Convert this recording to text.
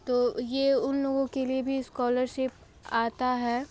तो ये उन लोगों के लिए भी स्कॉलरशिप आता है